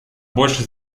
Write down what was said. больше